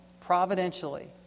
providentially